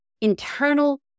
internal